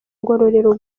ngororero